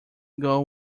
goal